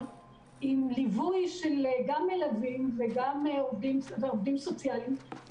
הזקוקות לליווי של מלווים וגם עובדים סוציאליים,